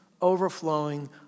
overflowing